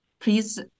Please